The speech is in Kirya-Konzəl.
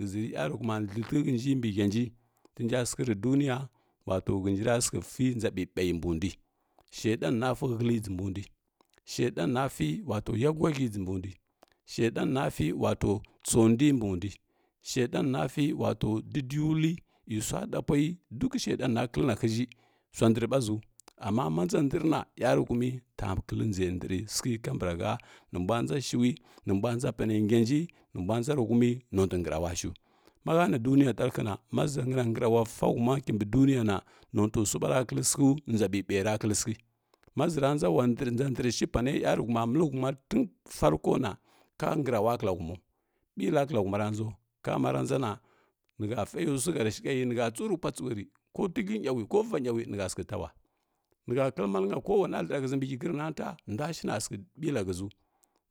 Ghəʒi niyarhuma ndhətikhə hənji bi həanji tinja sikhə ri duniya wato shənjira sikhə si nʒa ɓiɓui mbundui shedan rasi həli sibundui shedan nasi wato yagughəgi gu bundui shedan nafi wato tsoundui bundui shedan na si wato di dyiv vui ei suaɗa pwayi duk shedan na klə nakiʒhə sua ndr ɓa ʒiu amma manʒa ndr na yaruhumi ta kli nʒe ndri sighə kambarha nimbud nʒa shuli nimbula nʒa pane nga nji nimbula nʒa ritumi nantui ngrawashu mahə ni duniya tdarhəna ma ʒagra ngrawa sahuma kimbi duniya na notusui ɓara klə sikhu nʒa ɓiɓuira kəli sikhə maʒi ra nʒa ula ndri nʒa ndrishi pane yaruhuma məli huma tun, sarko na ka ngra ula humau ɓila klahuma ra nʒau ka mara nʒana nihə faisuhə tishəshə nehə tsuri pua tsuhəri ko tilhə gnaui ko va ynaui nihə sikhə taula nihə kli malna koulana ndra shəʒi bihə grinata nduashina sikhə bila ghəʒu